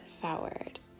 forward